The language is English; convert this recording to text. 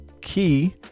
key